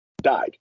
died